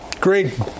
great